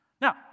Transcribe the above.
Now